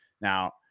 now